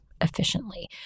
efficiently